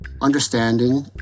understanding